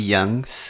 Youngs